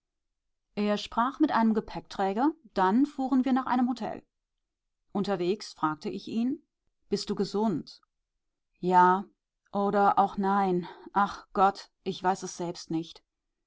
er sprach mit einem gepäckträger dann fuhren wir nach einem hotel unterwegs fragte ich ihn bist du gesund ja oder auch nein ach gott ich weiß es selbst nicht